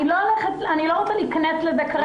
אני לא רוצה להיכנס לזה כרגע.